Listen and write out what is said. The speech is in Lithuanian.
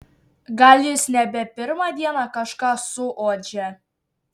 gal jis nebe pirmą dieną kažką suuodžia